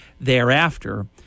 thereafter